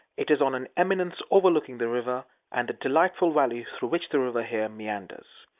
it is on an eminence overlooking the river and the delightful valley through which the river here meanders.